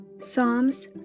psalms